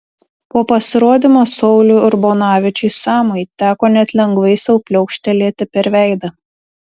po pasirodymo sauliui urbonavičiui samui teko net lengvai sau pliaukštelėti per veidą